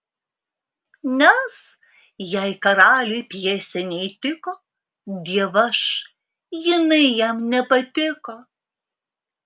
nes jei karaliui pjesė neįtiko dievaž jinai jam nepatiko